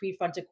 prefrontal